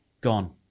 gone